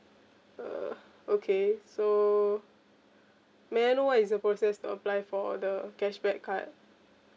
uh okay so may I know what is the process to apply for the cashback card